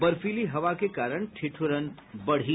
बर्फीली हवा के कारण ठिठुरन बढ़ी